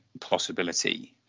possibility